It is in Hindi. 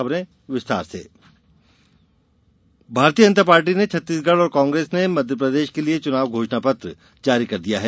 घोषणा पत्र भारतीय जनता पार्टी ने छत्तीसगढ और कांग्रेस ने मध्यप्रदेश के लिए चुनाव घोषणा पत्र जारी कर दिया है